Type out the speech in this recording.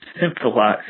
simplify